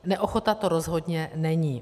Neochota to rozhodně není.